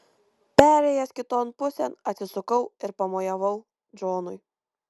perėjęs kiton pusėn atsisukau ir pamojavau džonui